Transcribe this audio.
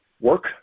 work